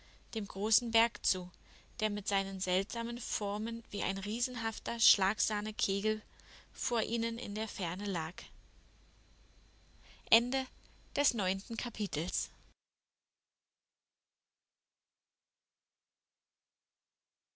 dem großen berg zu der mit seinen seltsamen formen wie ein riesenhafter schlagsahnenkegel vor ihnen in der ferne lag